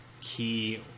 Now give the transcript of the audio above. key